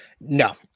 No